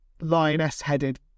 lioness-headed